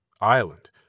island